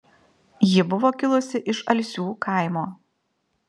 ji buvo kilusi iš alsių kaimo